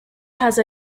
have